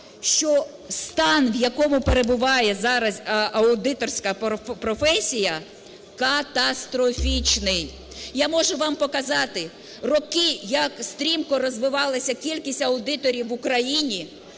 що стан, в якому перебуває зараз аудиторська професія, катастрофічний. Я можу вам показати роки, як стрімко розвивалась кількість аудиторів в Україні